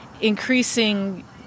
increasing